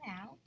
out